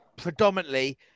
predominantly